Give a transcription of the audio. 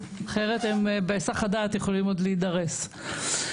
אחרת בהיסח הדעת יכולים עוד להידרס.